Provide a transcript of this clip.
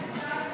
של קבוצת סיעת